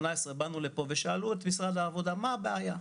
ב-2018 באנו לכאן ושאלו את משרד העבודה מה הבעיה.